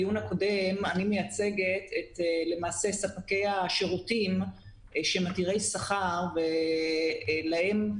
את ספקי השירותים שהם עתירי שכר ולהם,